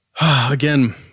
Again